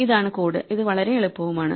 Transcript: ഇതാണ് കോഡ് ഇത് വളരെ എളുപ്പവുമാണ്